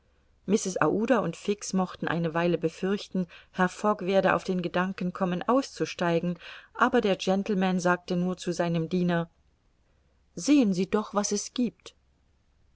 und fix mochten eine weile befürchten herr fogg werde auf den gedanken kommen auszusteigen aber der gentleman sagte nur zu seinem diener sehen sie doch was es giebt